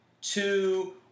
two